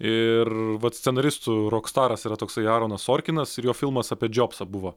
ir vat scenaristų rokstaras yra toksai aaronas sorkinas ir jo filmas apie džobsą buvo